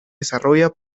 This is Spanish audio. desarrolla